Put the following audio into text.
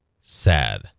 Sad